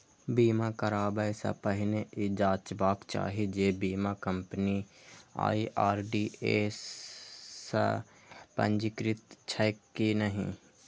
बीमा कराबै सं पहिने ई जांचबाक चाही जे बीमा कंपनी आई.आर.डी.ए सं पंजीकृत छैक की नहि